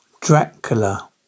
Dracula